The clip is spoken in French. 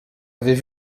avait